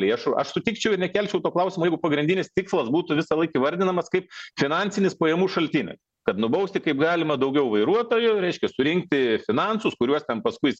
lėšų aš sutikčiau ir nekelčiau to klausimo jeigu pagrindinis tikslas būtų visąlaik įvardinamas kaip finansinis pajamų šaltinis kad nubausti kaip galima daugiau vairuotojų reiškia surinkti finansus kuriuos ten paskui